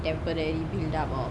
temporary build up of